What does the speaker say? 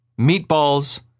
Meatballs